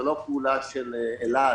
זה לא פעולה של אל-על.